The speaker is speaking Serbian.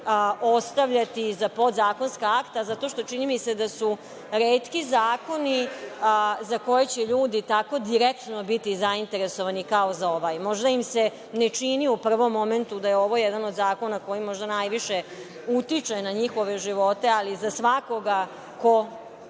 ostavljati za podzakonska akta. Zato što, čini mi se da su retki zakoni za koje će ljudi tako direktno biti zainteresovani kao za ovaj. Možda im se ne čini u prvom momentu da je ovo jedan od zakona koji možda najviše utiče na njihove živote, ali za svakoga ko